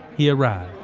he arrived.